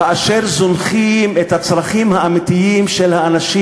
כאשר זונחים את הצרכים האמיתיים של האנשים,